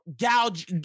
gouge